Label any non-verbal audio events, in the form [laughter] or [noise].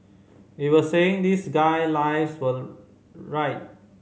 we were saying this guy lives [unintelligible] right